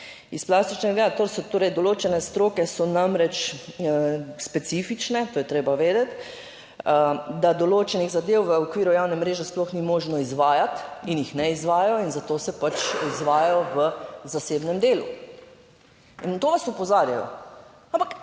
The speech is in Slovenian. iz plastičnega. Torej določene stroke, so namreč specifične. To je treba vedeti, da določenih zadev v okviru javne mreže sploh ni možno izvajati in jih ne izvajajo in zato se pač izvajajo v zasebnem delu. Na to vas opozarjajo. Ampak